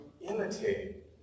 imitate